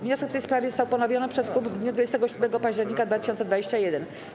Wniosek w tej sprawie został ponowiony przez klub w dniu 27 października 2021 r.